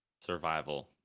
survival